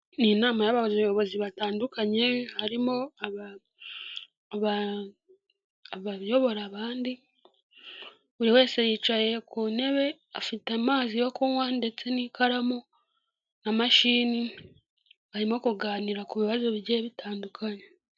Ni inama y'abayobozi batandukanye, harimo abayobora abandi, buri wese yicaye ku ntebe afite amazi yo kunywa ndetse n'ikaramu na mashini, barimo kuganira ku bibazo bigiye bitandukanye.